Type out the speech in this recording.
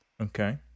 Okay